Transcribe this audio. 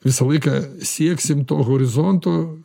visą laiką sieksim to horizonto